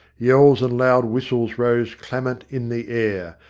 yells and loud whistles rose clamant in the air,